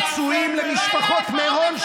פיצויים למשפחות מירון,